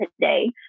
today